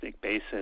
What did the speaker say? basis